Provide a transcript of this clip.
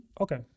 Okay